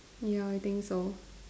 ya I think so